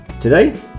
Today